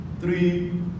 three